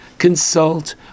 consult